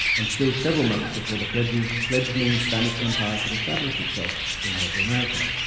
and still several months before the fledgling fledgling spanish empire could establish itself in mesoamerica.